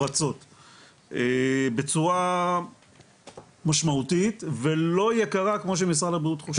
פרצות בצורה משמעותית ולא יקרה כמו שמשרד הבריאות חושב.